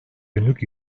günlük